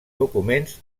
documents